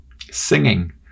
singing